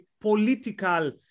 political